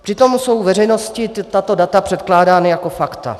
Přitom jsou veřejnosti tato data předkládána jako fakta.